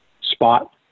spot